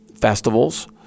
festivals